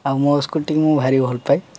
ଆଉ ମୋ ସ୍କୁଟିକୁ ମୁଁ ଭାରି ଭଲ ପାଏ